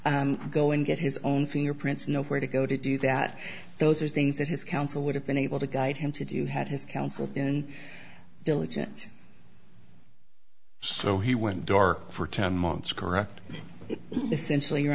to go and get his own fingerprints nowhere to go to do that those are things that his counsel would have been able to guide him to do had his counsel been diligent so he went dark for ten months correct essentially you